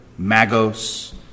magos